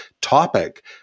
topic